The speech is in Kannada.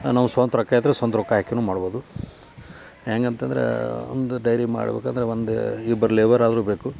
ನಮ್ಮ ಸ್ವಂತ ರೊಕ್ಕ ಇದ್ರೆ ಸ್ವಂತ ರೊಕ್ಕ ಹಾಕಿನೂ ಮಾಡ್ಬೋದು ಹೆಂಗಂತಂದ್ರಾ ಒಂದು ಡೈರಿ ಮಾಡ್ಬೇಕಾದ್ರೆ ಒಂದು ಇಬ್ಬರ ಲೇಬರ್ ಆದರೂ ಬೇಕು